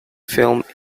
filmed